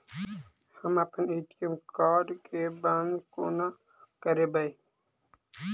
हम अप्पन ATM card केँ बंद कोना करेबै?